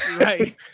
Right